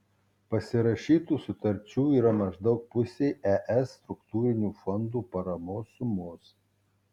pasirašytų sutarčių yra maždaug pusei es struktūrinių fondų paramos sumos